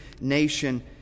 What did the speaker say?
nation